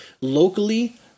Locally